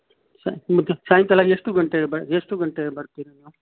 ಸೈ ನಿಮಗೆ ಸಾಯಂಕಾಲ ಎಷ್ಟು ಗಂಟೆಗೆ ಬ ಎಷ್ಟು ಗಂಟೆಗೆ ಬರ್ತೀರಾ ನೀವು